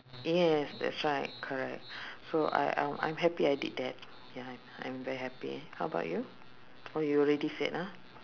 yes that's right correct so I I'm I'm happy I did that ya I'm very happy how about you oh you already said ah